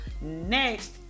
Next